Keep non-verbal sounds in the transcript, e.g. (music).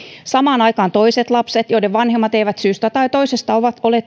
samaan aikaan toiset lapset joiden vanhemmat eivät syystä tai toisesta ole (unintelligible)